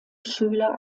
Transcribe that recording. schüler